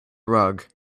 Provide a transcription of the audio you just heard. rug